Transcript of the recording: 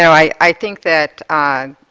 i think that